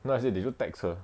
no I say did you text her